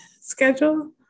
schedule